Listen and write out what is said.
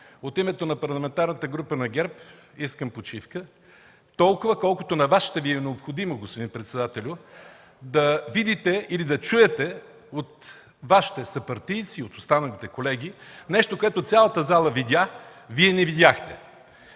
От името на Парламентарната група на ГЕРБ искам почивка – толкова, колкото на Вас ще Ви е необходимо, господин председателю, да видите или да чуете от Вашите съпартийци и от останалите колеги нещо, което цялата зала видя, а Вие не видяхте.